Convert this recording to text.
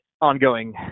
ongoing